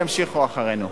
ימשיכו אחרינו.